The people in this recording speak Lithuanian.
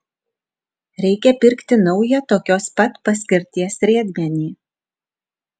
reikia pirkti naują tokios pat paskirties riedmenį